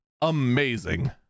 amazing